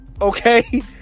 okay